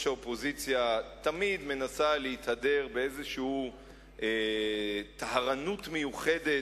האופוזיציה תמיד מנסה להתהדר באיזו טהרנות מיוחדת,